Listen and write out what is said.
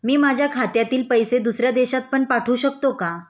मी माझ्या खात्यातील पैसे दुसऱ्या देशात पण पाठवू शकतो का?